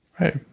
right